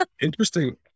Interesting